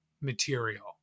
material